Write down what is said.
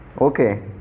Okay